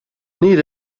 need